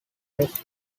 west